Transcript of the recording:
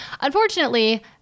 Unfortunately